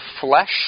flesh